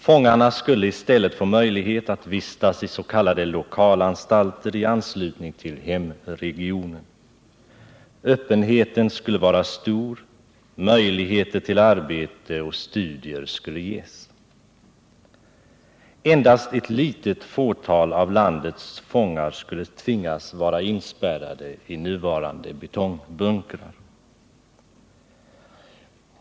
Fångarna skulle i stället få möjlighet att vistas i s.k. lokalanstalter i anslutning till hemregionen. Öppenheten skulle vara stor, möjligheter till arbete och studier skulle ges. Endast ett litet fåtal av landets fångar skulle tvingas vara inspärrade i nuvarande betongbunkrar.